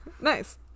Nice